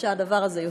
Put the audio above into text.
והדבר הזה יוסדר.